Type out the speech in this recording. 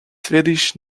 swedish